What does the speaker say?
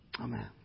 Amen